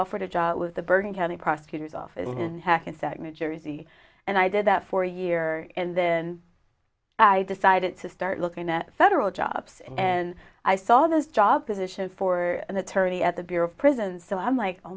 offered a job with the bergen county prosecutor's office in hackensack new jersey and i did that for a year and then i decided to start looking at federal jobs and i saw those job positions for an attorney at the bureau of prisons so i'm like oh